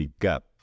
gap